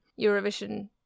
Eurovision